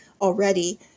already